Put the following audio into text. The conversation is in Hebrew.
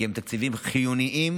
כי הם תקציבים חיוניים